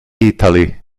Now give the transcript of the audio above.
italy